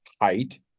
height